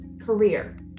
career